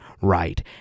right